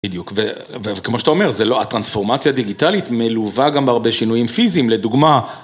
בדיוק, וכמו שאתה אומר, זה לא, הטרנספורמציה הדיגיטלית מלווה גם בהרבה שינויים פיזיים, לדוגמה.